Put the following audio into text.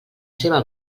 seva